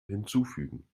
hinzufügen